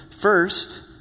first